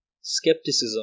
Skepticism